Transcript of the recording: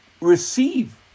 receive